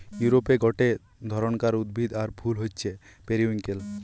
ইউরোপে গটে ধরণকার উদ্ভিদ আর ফুল হচ্ছে পেরিউইঙ্কেল